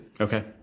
Okay